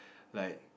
like